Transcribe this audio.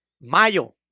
Mayo